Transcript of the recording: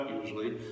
usually